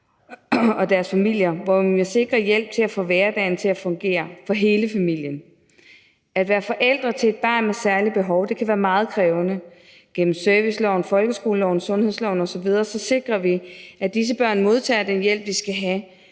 og deres familier, hvor vi må sikre hjælp til at få hverdagen til at fungere for hele familien. At være forældre til et barn med særlige behov kan være meget krævende. Gennem serviceloven, folkeskoleloven, sundhedsloven osv. sikrer vi, at disse børn modtager den hjælp, de skal have.